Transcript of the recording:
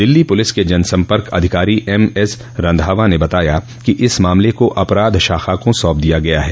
Delhi police के जनसम्पर्क अधिकारी एम एस रंधावा ने बताया कि इस मामले को अपराध शाखा को सौंप दिया गया है